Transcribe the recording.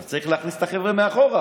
עכשיו צריך להכניס את החבר'ה מאחורה.